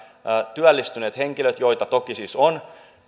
työllistyneet henkilöt joita toki siis on